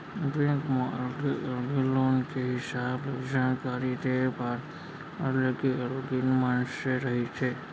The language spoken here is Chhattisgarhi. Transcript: बेंक म अलगे अलगे लोन के हिसाब ले जानकारी देय बर अलगे अलगे मनसे रहिथे